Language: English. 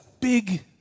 big